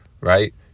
right